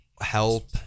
help